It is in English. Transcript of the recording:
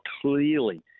clearly